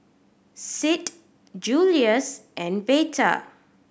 Sid Julious and Veta